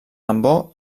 tambor